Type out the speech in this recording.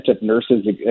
nurses